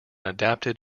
adapted